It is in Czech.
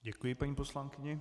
Děkuji paní poslankyni.